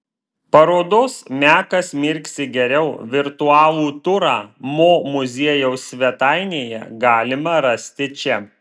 parodos mekas mirksi geriau virtualų turą mo muziejaus svetainėje galima rasti čia